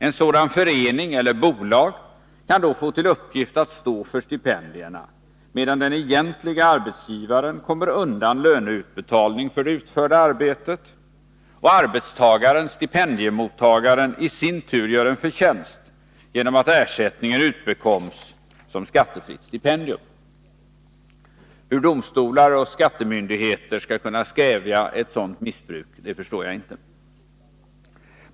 En sådan förening eller ett sådant bolag kan då få till uppgift att stå för stipendierna, medan den egentlige arbetsgivaren kommer undan löneutbetalning för det utförda arbetet och arbetstagaren/stipendiemottagaren i sin tur gör en förtjänst genom att ersättningen utbekoms som skattefritt stipendium. Hur domstolar och skattemyndigheter skall kunna stävja ett sådant missbruk förstår jag inte.